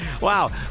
wow